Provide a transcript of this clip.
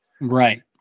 Right